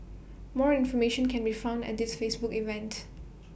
more information can be found at this Facebook event